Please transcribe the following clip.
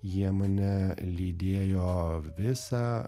jie mane lydėjo visą